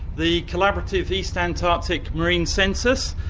the collaborative east antarctic marine census.